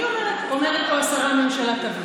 אומרת פה השרה: הממשלה תביא.